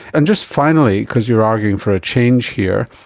and just finally, because you are arguing for a change here,